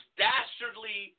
dastardly